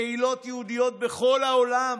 קהילות יהודיות בכל העולם